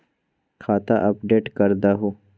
खाता अपडेट करदहु?